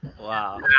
Wow